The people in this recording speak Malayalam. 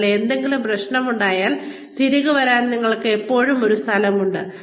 അതിനാൽ എന്തെങ്കിലും പ്രശ്നമുണ്ടെങ്കിൽ തിരികെ വരാൻ നിങ്ങൾക്ക് എല്ലായ്പ്പോഴും ഒരു സ്ഥലമുണ്ട്